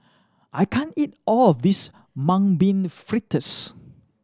I can't eat all of this Mung Bean Fritters